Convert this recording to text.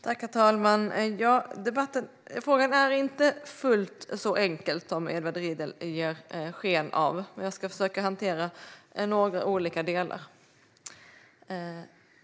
Herr talman! Frågan är inte fullt så enkel som Edward Riedl ger sken av. Jag ska försöka hantera några olika delar.